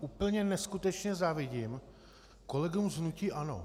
Úplně neskutečně závidím kolegům z hnutí ANO.